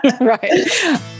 right